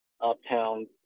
uptown